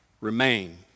remain